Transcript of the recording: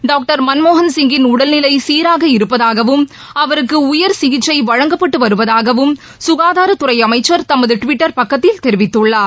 doctor மன்மோகன்சிங்கின் உடல்நிலை சீராக இருப்பதாகவும் அவருக்கு உயர் சிகிச்சை வழங்கப்பட்டு வருவதாகவும் சுகாதாரத்துறை அமைச்சர் தமது டுவிட்டர் பக்கத்தில் தெரிவித்துள்ளார்